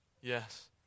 Yes